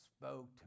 spoke